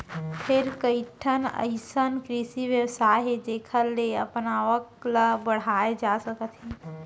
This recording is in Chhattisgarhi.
फेर कइठन अइसन कृषि बेवसाय हे जेखर ले अपन आवक ल बड़हाए जा सकत हे